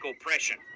oppression